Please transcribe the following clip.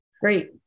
Great